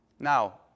Now